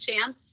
chance